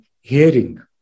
hearing